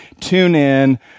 TuneIn